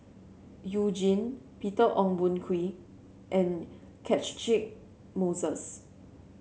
You Jin Peter Ong Boon Kwee and Catchick Moses